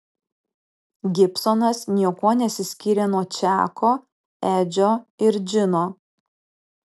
gibsonas niekuo nesiskyrė nuo čako edžio ir džino